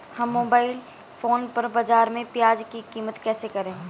हम mobile phone पर बाज़ार में प्याज़ की कीमत कैसे देखें?